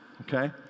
okay